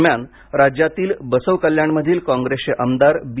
दरम्यान राज्यातील बसवकल्याणमधील कॉप्रेसचे आमदार बी